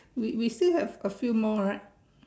we we still have a few more right